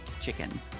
Chicken